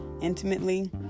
intimately